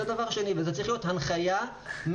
זה הדבר השני, וזה צריך להיות הנחיה מחייבת.